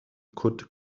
could